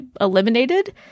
eliminated